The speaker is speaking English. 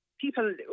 people